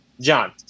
John